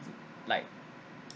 like